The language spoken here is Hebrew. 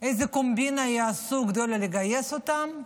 איזו קומבינה יעשו כדי לא לגייס אותם.